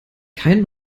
kein